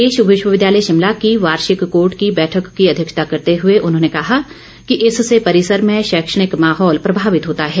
प्रदेश विश्वविद्यालय शिमला की वार्षिक कोर्ट की बैठक की अध्यक्षता करते हुए उन्होंने कहा कि इससे परिसर में शैक्षणिक माहौल प्रभावित होता है